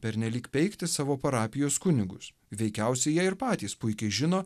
pernelyg peikti savo parapijos kunigus veikiausiai jie ir patys puikiai žino